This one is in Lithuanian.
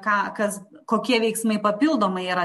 ką kas kokie veiksmai papildomai yra